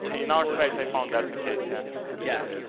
in our space i found that's the case yeah yeah.